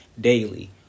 daily